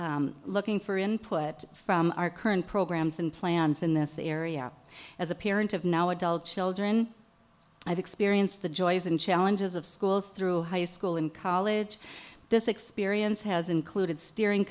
looking for input from our current programs and plans in this area as a parent of now adult children i've experienced the joys and challenges of schools through high school and college this experience has included steering